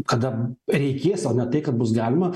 kada reikės o ne tai kad bus galima